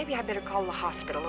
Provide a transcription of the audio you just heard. maybe i better call the hospital